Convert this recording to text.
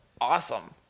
Awesome